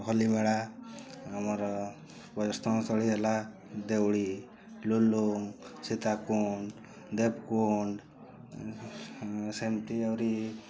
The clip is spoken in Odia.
ହଲିମେଳା ଆମର ପର୍ଯ୍ୟଟନ ସ୍ଥଳୀ ହେଲା ଦେଉଳି ଲୋଲୁଙ୍ଗ ସୀତାକୁଣ୍ଡ ଦେବକୁଣ୍ଡ ସେମତି ଆହୁରି